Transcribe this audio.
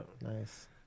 Nice